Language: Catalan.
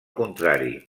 contrari